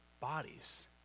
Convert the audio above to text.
bodies